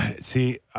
See